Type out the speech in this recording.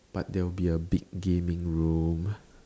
but there will be a big gaming room